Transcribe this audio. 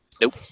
Nope